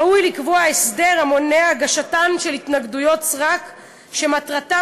ראוי לקבוע הסדר המונע את הגשתן של התנגדויות סרק שמטרתן